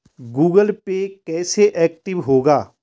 Google pay कैसे active होगा?